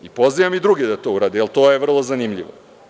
Pozivam i druge da to urade, jer to je vrlo zanimljivo.